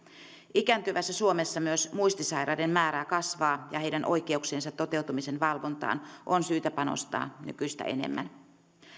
ikääntyvässä suomessa myös muistisairaiden määrä kasvaa ja heidän oikeuksiensa toteutumisen valvontaan on syytä panostaa nykyistä enemmän